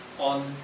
on